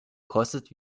kostet